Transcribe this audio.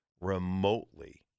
remotely –